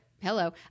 Hello